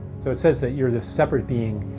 so it says that you're this separate being,